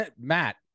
Matt